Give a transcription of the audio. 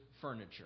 Furniture